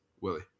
Willie